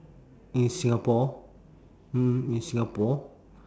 in singapore mm in singapore